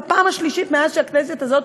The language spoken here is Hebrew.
בפעם השלישית מאז שהכנסת הזאת